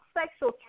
sexual